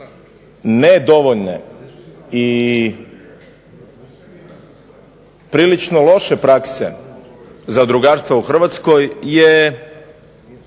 ne dovoljne i prilično loše prakse zadrugarstva u Hrvatskoj je